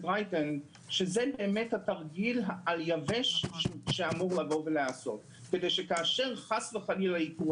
רייטן שזה באמת התרגיל על יבש שאמור להיעשות כדי שכאשר חס וחלילה יקרו